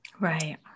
Right